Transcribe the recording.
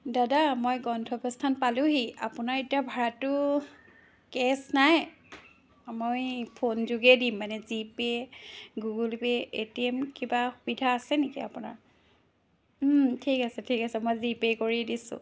দাদা মই গন্থব্যস্থান পালোঁহি আপোনাৰ এতিয়া ভাড়াটো কেচ নাই মই ফ'ন যোগে দিম মানে GPay Google Pay A T M কিবা সুবিধা আছে নেকি আপোনাৰ ঠিক আছে ঠিক আছে মই জিপে' কৰি দিছোঁ